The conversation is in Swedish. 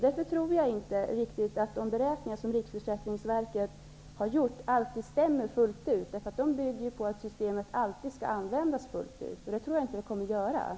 Därför tror jag inte riktigt att Riksförsäkringsverkets beräkningar alltid stämmer helt och hållet. De bygger ju på att systemet alltid skall användas fult ut. Men det tror jag inte blir fallet.